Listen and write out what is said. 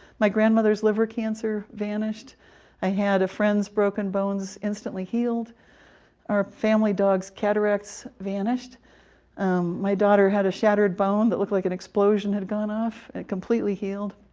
my grandmother's liver cancer vanished i had a friend's broken bones instantly healed our family dog's cataracts vanished um my daughter had a shattered bone that looked like an explosion had gone off and it completely healed